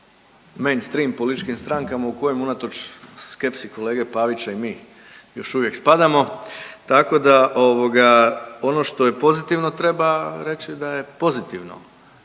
mainstream političkim strankama u kojim unatoč skepsi kolege Pavića i mi još uvijek spadamo tako da ono što je pozitivno treba reći da je pozitivno.